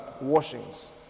Washings